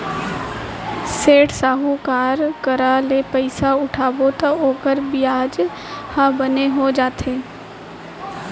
सेठ, साहूकार करा ले पइसा उठाबे तौ ओकर बियाजे ह बने हो जाथे